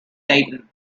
dayton